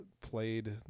played